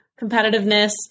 competitiveness